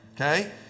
Okay